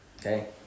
okay